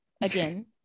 again